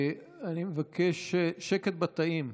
אני מבקש שקט בתאים.